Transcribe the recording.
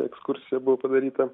ekskursija buvo padaryta